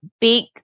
big